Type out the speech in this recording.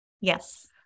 Yes